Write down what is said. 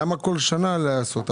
למה כל שנה לעשות?